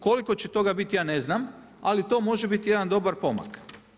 Koliko će toga biti ja ne znam, ali to može biti jedan dobar pomak.